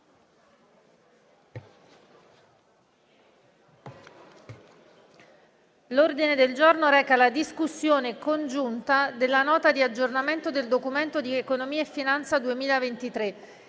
termine della discussione congiunta della Nota di aggiornamento del Documento di economia e finanza 2023